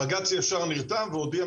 בג"ץ ישר נרתע והודיע,